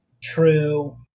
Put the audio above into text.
True